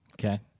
Okay